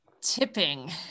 tipping